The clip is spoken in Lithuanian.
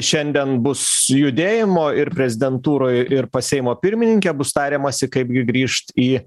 šiandien bus judėjimo ir prezidentūroj ir pas seimo pirmininkę bus tariamasi kaipgi grįžt į